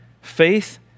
Faith